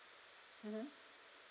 mmhmm